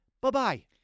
bye-bye